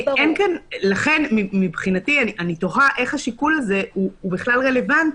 לכן מבחינתי אני תוהה איך השיקול הזה הוא בכלל רלוונטי.